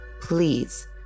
please